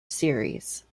series